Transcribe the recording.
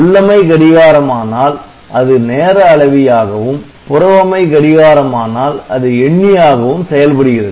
உள்ளமை கடிகாரமானால் அது நேர அளவியாகவும் புறவமை கடிகாரம் ஆனால் அது எண்ணி ஆகவும் செயல்படுகிறது